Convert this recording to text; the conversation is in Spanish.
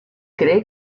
cree